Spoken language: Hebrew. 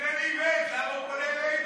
שיפנה לאיווט, למה הוא פונה אלינו?